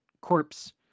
corpse